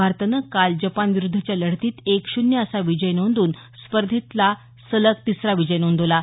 भारतानं काल जपानविरुद्धच्या लढतीत एक शून्य असा विजय नोंदवून स्पर्धेतील सलग तिसऱ्या विजयाची नोंद केली आहे